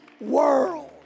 world